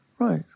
Right